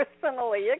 personally